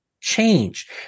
change